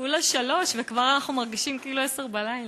כולה שלוש וכבר אנחנו מרגישים כאילו עשר בלילה.